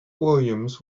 williams